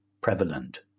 prevalent